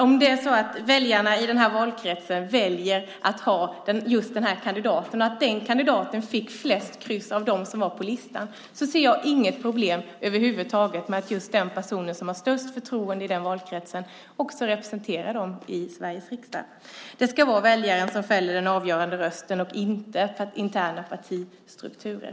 Om väljarna i en valkrets väljer en viss kandidat och den kandidaten får flest kryss av dem som var på listan ser jag inget problem över huvud taget med att den personen också representerar väljarna i Sveriges riksdag. Det ska vara väljarna som fäller avgörandet och inte interna partistrukturer.